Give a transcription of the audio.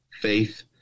faith